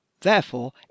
Therefore